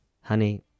Honey